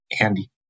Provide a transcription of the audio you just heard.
Andy